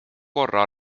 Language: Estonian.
korra